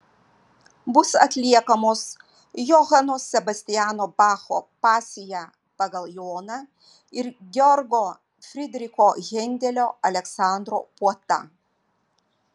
bus atliekamos johano sebastiano bacho pasija pagal joną ir georgo fridricho hendelio aleksandro puota